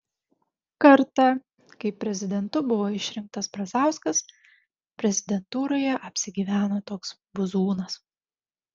kartą kai prezidentu buvo išrinktas brazauskas prezidentūroje apsigyveno toks buzūnas